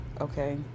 Okay